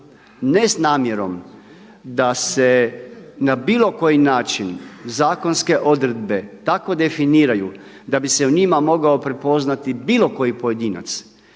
ne s namjerom da se na bilo koji način zakonske odredbe tako definiraju da bi se u njima mogao prepoznati bilo koji pojedinac,